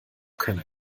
keiner